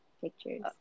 pictures